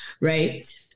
right